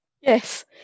Yes